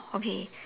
okay